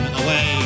away